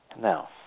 Now